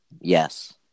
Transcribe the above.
Yes